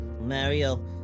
Mario